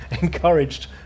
encouraged